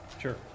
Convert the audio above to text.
Sure